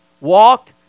Walk